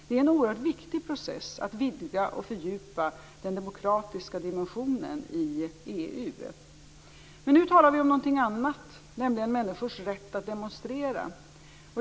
Det är en oerhört viktig process att vidga och fördjupa den demokratiska dimensionen i EU. Men nu talar vi om någonting annat, nämligen om människors rätt att demonstrera.